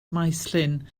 maesllyn